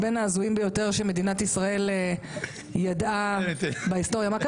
בין ההזויים ביותר שמדינת ישראל ידעה בהיסטוריה.